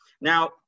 Now